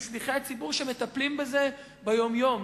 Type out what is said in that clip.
עם שליחי הציבור שמטפלים בזה ביום-יום,